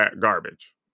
garbage